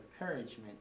encouragement